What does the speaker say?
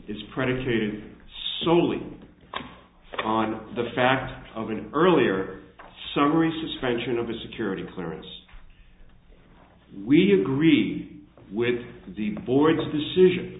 is predicated solely on the fact of an earlier summary suspension of a security clearance we agreed with the board's decision